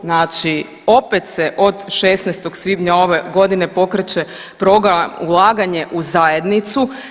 Znači opet se od 16. svibnja ove godine pokreće program ulaganje u zajednicu.